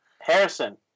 Harrison